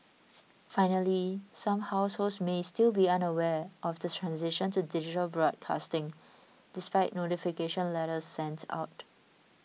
finally some households may still be unaware of the transition to digital broadcasting despite notification letters sent out